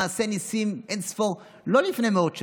מעשי ניסים אין-ספור, לא לפני מאות שנים.